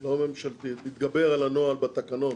לא ממשלתית, להתגבר על הנוהל בתקנון